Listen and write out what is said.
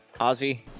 Ozzy